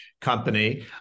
company